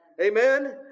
Amen